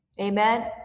Amen